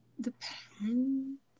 Depends